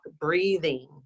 breathing